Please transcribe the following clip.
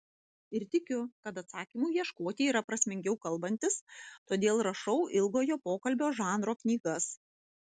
ir tikiu kad atsakymų ieškoti yra prasmingiau kalbantis todėl rašau ilgojo pokalbio žanro knygas